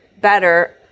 better